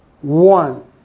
One